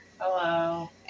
Hello